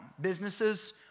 Businesses